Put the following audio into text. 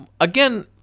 Again